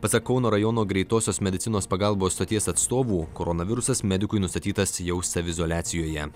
pasak kauno rajono greitosios medicinos pagalbos stoties atstovų koronavirusas medikui nustatytas jau saviizoliacijoje